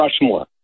Rushmore